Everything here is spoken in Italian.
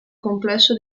complesso